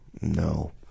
no